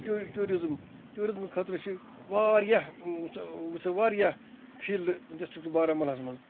to tourism tourism خٲطرٕ چھِ واریاہ واریاہ فیلڑ ڈِسٹرک بارہمولہَس مَنٛز